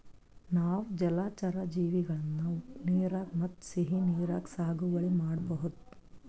ನಾವ್ ಜಲಚರಾ ಜೀವಿಗಳನ್ನ ಉಪ್ಪ್ ನೀರಾಗ್ ಮತ್ತ್ ಸಿಹಿ ನೀರಾಗ್ ಸಾಗುವಳಿ ಮಾಡಬಹುದ್